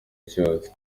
cyose